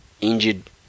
injured